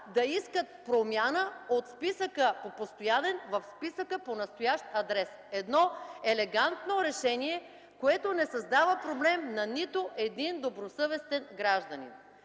да искат промяна от списъка по постоянен в списъка по настоящ адрес. Едно елегантно решение, което не създава проблем на нито един добросъвестен гражданин.